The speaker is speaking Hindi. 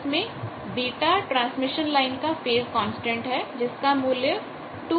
जिसमें β ट्रांसमिशन लाइन का फेज़ कांस्टेंट है जिसका मूल्य 2 π λ है